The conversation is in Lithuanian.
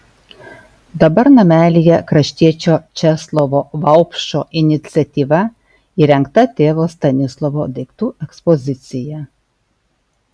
dabar namelyje kraštiečio česlovo vaupšo iniciatyva įrengta tėvo stanislovo daiktų ekspozicija